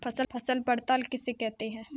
फसल पड़ताल किसे कहते हैं?